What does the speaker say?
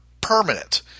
permanent